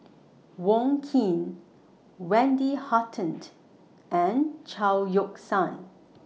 Wong Keen Wendy Hutton and Chao Yoke San